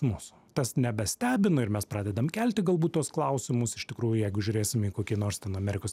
mus tas nebestebina ir mes pradedam kelti galbūt tuos klausimus iš tikrųjų jeigu žiūrėsim į kokį nors ten amerikos